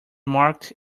marked